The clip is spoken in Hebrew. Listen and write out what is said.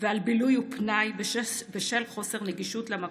ועל בילוי ופנאי בשל חוסר נגישות של המקום.